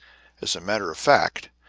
as a matter of fact,